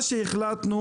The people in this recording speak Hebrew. מה שהחלטנו,